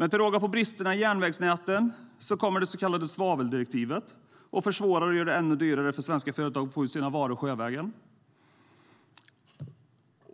Utöver på bristerna i järnvägsnäten finns svaveldirektivet, som försvårar och gör det ännu dyrare för svenska företag att få ut sina varor sjövägen.